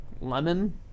lemon